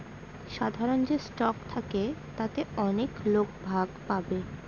সাধারন যে স্টক থাকে তাতে অনেক লোক ভাগ পাবে